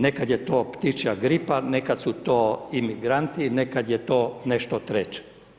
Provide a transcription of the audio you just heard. Neka je to ptičja gripa, neka su to imigranti, nekad je to nešto treće.